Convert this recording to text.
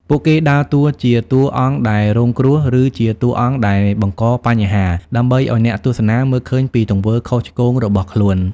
ពួកគេដើរតួជាតួអង្គដែលរងគ្រោះ ឬជាតួអង្គដែលបង្កបញ្ហាដើម្បីឲ្យអ្នកទស្សនាមើលឃើញពីទង្វើខុសឆ្គងរបស់ខ្លួន។